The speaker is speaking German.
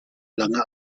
lange